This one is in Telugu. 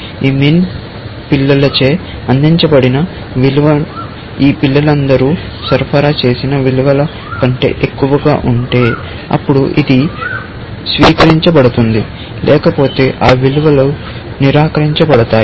ఈ MIN పిల్లలచే అందించబడిన విలువ ఈ పిల్లలందరూ సరఫరా చేసిన విలువల కంటే ఎక్కువగా ఉంటే అప్పుడు ఇది స్వీకరించబడుతుంది లేకపోతే ఆ విలువలు స్వీకరించబడతాయి